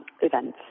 events